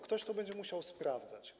Ktoś to będzie musiał sprawdzać.